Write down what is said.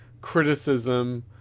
criticism